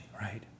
right